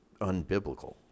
unbiblical